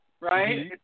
right